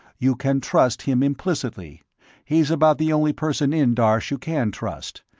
you can trust him implicitly he's about the only person in darsh you can trust.